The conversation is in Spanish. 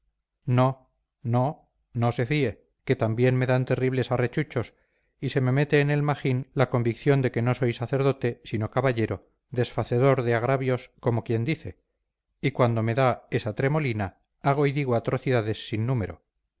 no no no se fíe que también me dan terribles arrechuchos y se me mete en el magín la convicción de que no soy sacerdote sino caballero desfacedor de agravios como quien dice y cuando me da esa tremolina hago y digo atrocidades sin número